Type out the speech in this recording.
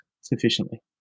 sufficiently